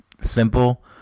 simple